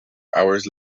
hours